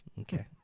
Okay